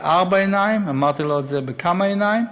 בארבע עיניים, אמרתי לו את זה בכמה עיניים,